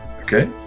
okay